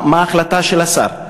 מה ההחלטה של השר?